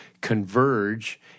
converge